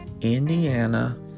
indiana